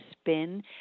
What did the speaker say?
spin